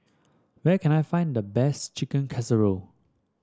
where can I find the best Chicken Casserole